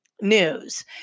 news